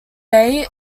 bay